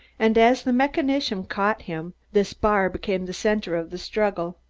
and as the mechanician caught him, this bar became the center of the struggle.